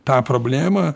tą problemą